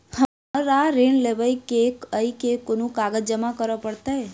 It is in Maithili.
हमरा ऋण लेबै केँ अई केँ कुन कागज जमा करे पड़तै?